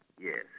Yes